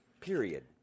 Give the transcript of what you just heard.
Period